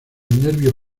nervio